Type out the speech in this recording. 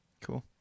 Cool